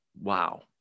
Wow